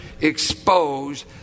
exposed